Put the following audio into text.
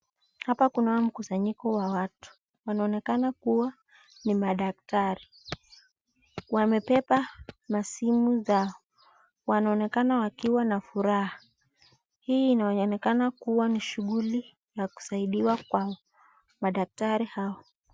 Hapa kuna mkusanyiko wa watu wanaonekana kuwa ni madaktari, wamebeba masimu zao, wanaonekana wakiwa na furaha. Hii inaonekana kuwa ni shughuli ya kusaidiwa kwa madaktari hawa.